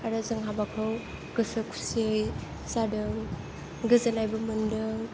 आरो जों हाबाखौ गोसो खुसियै जादों गोजोननायबो मोनदों